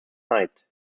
night